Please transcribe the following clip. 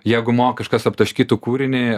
jeigu mo kažkas aptaškytų kūrinį